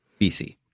bc